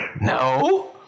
No